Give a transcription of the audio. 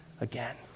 again